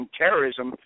terrorism